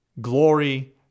Glory